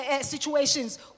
situations